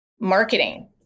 marketing